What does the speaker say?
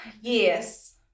Yes